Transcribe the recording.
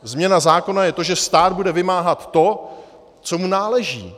Změna zákona je to, že stát bude vymáhat to, co mu náleží.